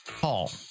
Paul